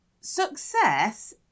Success